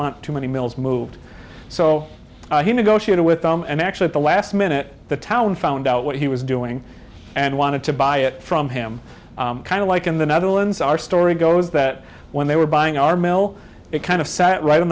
want too many mills moved so he negotiated with them and actually at the last minute the town found out what he was doing and wanted to buy it from him kind of like in the netherlands our story goes that when they were buying our mail it kind of sat right on